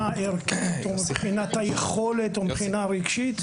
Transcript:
ערכית או מבחינת היכולת או מבחינה רגשית.